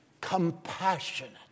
compassionate